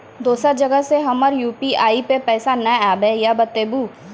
दोसर जगह से हमर यु.पी.आई पे पैसा नैय आबे या बताबू?